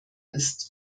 ist